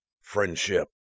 friendship